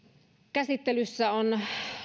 käsittelyssä on